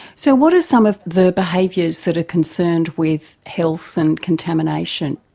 so what are some of the behaviours that are concerned with health and contamination?